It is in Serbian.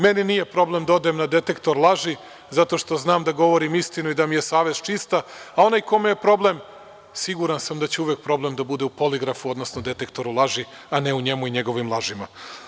Meni nije problem da odem na detektor laži zato što znam da govorim istinu i da mi je savest čista, a onaj kome je problem, siguran sam da će uvek problem da bude u poligrafu, odnosno detektoru laži, a ne u njemu i njegovim lažima.